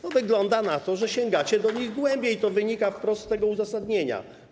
Bo wygląda na to, że sięgacie do nich głębiej, i to wynika wprost z tego uzasadnienia.